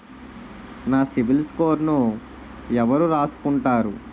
నా సిబిల్ స్కోరును ఎవరు రాసుకుంటారు